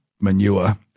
manure